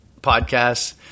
podcasts